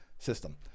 system